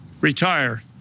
retire